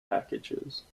packages